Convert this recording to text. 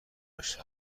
بشر